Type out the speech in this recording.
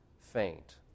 faint